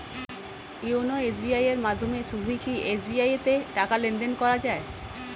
YONO SBI এর মাধ্যমে শুধুই কি এস.বি.আই তে টাকা লেনদেন করা যায়?